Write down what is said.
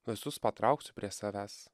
visus patrauksiu prie savęs